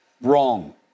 Wrong